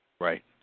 right